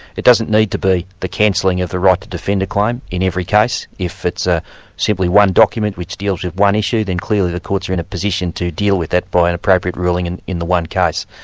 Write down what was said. it doesn't need to be the cancelling of the right to defend a claim in every case. if it's ah simply one document which deals with one issue, then clearly the courts are in a position to deal with that by an appropriate ruling in in the one case.